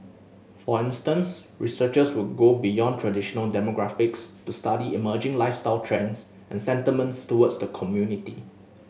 for instance researchers will go beyond traditional demographics to study emerging lifestyle trends and sentiments towards the community